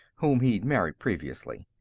whom he'd married previously.